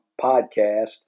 podcast